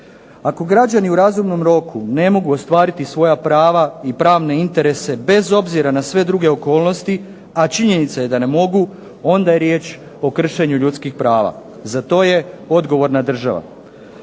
Ako građani u razumnom roku ne mogu ostvariti svoja prava i pravne interese bez obzira na sve druge okolnosti, a činjenica je da ne mogu, onda je riječ o kršenju ljudskih prava. Za to je odgovorna država.